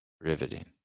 Riveting